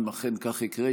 אם אכן כך יקרה,